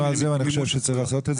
דיברנו על זה ואני חושב שצריך לעשות את זה,